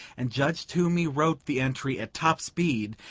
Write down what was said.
and judge toomey wrote the entry at top speed,